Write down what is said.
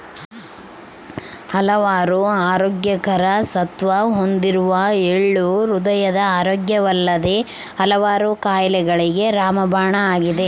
ಹಲವಾರು ಆರೋಗ್ಯಕರ ಸತ್ವ ಹೊಂದಿರುವ ಎಳ್ಳು ಹೃದಯದ ಆರೋಗ್ಯವಲ್ಲದೆ ಹಲವಾರು ಕಾಯಿಲೆಗಳಿಗೆ ರಾಮಬಾಣ ಆಗಿದೆ